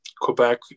Quebec